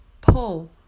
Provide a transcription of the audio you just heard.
Pull